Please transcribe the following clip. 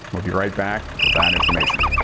we'll be right back with that information.